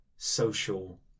social